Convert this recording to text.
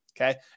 okay